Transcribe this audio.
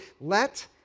let